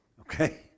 Okay